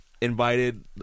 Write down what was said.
invited